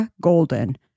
Golden